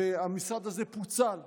המשרד הזה פוצל.